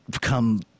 come